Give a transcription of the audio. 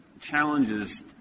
challenges